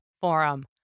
Forum